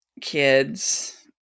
kids